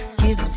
give